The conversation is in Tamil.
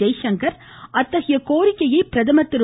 ஜெய்சங்கர் அத்தகைய கோரிக்கையை பிரதமர் திரு